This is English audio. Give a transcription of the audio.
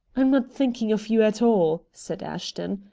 i'm not thinking of you at all, said ashton.